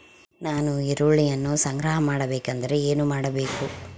ನಾನು ಈರುಳ್ಳಿಯನ್ನು ಸಂಗ್ರಹ ಮಾಡಬೇಕೆಂದರೆ ಏನು ಮಾಡಬೇಕು?